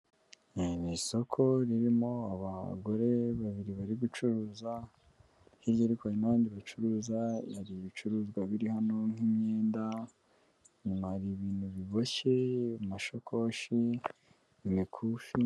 Iri ni isoko ririmo abagore babiri bari gucuruza, hirya ariko hari n'abandi bacuruza, hari ibicuruzwa biri hano nk'imyenda, inyuma hari ibintu biboshye, amashakoshi, imikufi.